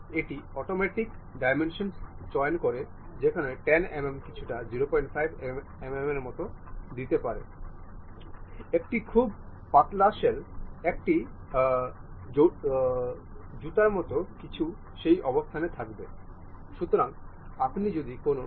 এখন আমরা এখানে দেখতে পাচ্ছি যে এই সম্পর্কটি হল এই সমাবেশটি খুব ভালভাবে একত্রিত করা হয়েছে এবং এই ইঞ্জিনটি সুন্দর এবং ভাল কাজ করে